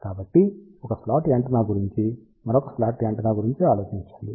కాబట్టి ఒక slot antenna గురించి మరొక స్లాట్ యాంటెన్నా గురించి ఆలోచించండి